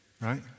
right